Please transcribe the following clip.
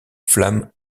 flamme